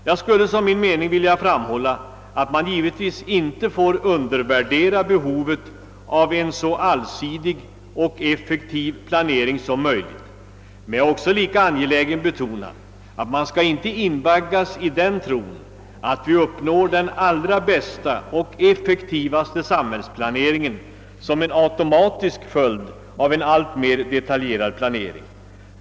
Jag skulle som min mening vilja uttala, att man givetvis inte får undervärdera behovet av en så allsidig och effektiv planering som möjligt. Men jag är lika angelägen betona att vi inte får tro att den allra bästa och effektivaste samhällsutvecklingen blir en automatisk följd av en alltmer detaljerad planering.